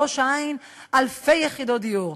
בראש-העין אלפי יחידות דיור,